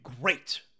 great